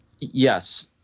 Yes